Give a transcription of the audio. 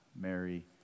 Mary